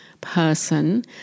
person